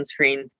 sunscreen